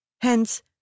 Hence